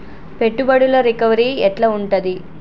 పెట్టుబడుల రికవరీ ఎట్ల ఉంటది?